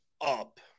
up